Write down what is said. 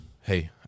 hey